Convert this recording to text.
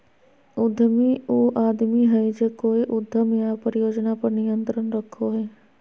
उद्यमी उ आदमी हइ जे कोय उद्यम या परियोजना पर नियंत्रण रखो हइ